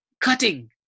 cutting